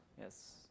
Yes